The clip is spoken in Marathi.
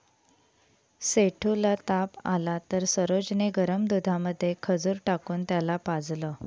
सेठू ला ताप आला तर सरोज ने गरम दुधामध्ये खजूर टाकून त्याला पाजलं